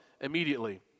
immediately